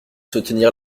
soutenir